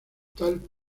tal